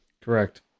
Correct